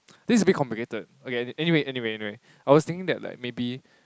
this is a bit complicated okay anyway anyway anyway I was thinking that like maybe